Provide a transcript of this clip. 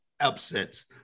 upsets